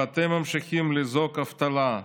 ואתם ממשיכים לזעוק אבטלה.